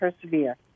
persevere